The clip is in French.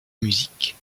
musique